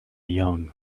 young